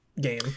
game